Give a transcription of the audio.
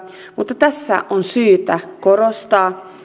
mutta tässä on syytä korostaa